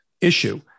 issue